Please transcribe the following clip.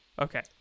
okay